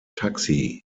taxi